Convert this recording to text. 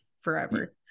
forever